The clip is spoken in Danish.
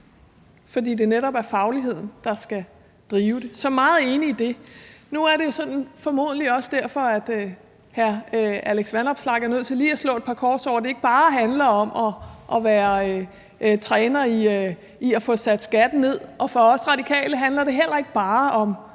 fordi det netop er fagligheden, der skal drive det. Så jeg er meget enig i det. Nu er det formodentlig også derfor, hr. Alex Vanopslagh er nødt til lige at slå et par kors for sig og sige, at det ikke bare handler om at være drivende i at få sat skatten ned. For os Radikale handler det heller ikke bare om